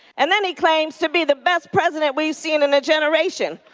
and then he claims to be the best president we've seen in a generation.